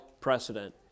precedent